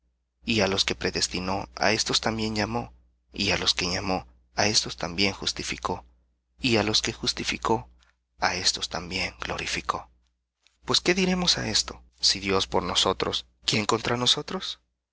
á los que predestinó á éstos también llamó y á los que llamó á éstos también justificó y á los que justificó á éstos también glorificó pues qué diremos á esto si dios por nosotros quién contra nosotros